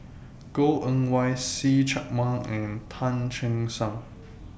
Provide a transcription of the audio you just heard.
Goh Eng Wah See Chak Mun and Tan Che Sang